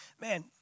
Man